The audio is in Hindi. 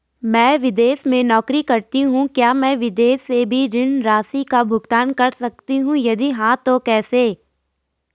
मैं विदेश में नौकरी करतीं हूँ क्या मैं विदेश से भी ऋण राशि का भुगतान कर सकती हूँ यदि हाँ तो कैसे?